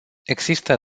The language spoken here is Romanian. există